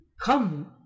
come